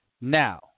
Now